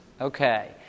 Okay